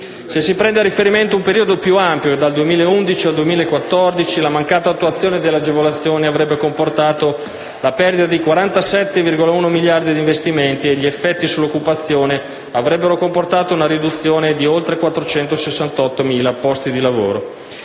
se si prende a riferimento un periodo più ampio che va dal 2011 al 2014, la mancata attuazione delle agevolazioni avrebbe comportato la perdita di 47,1 miliardi di investimenti e gli effetti sull'occupazione diretta avrebbero comportato una riduzione di 468.769 posti di lavoro;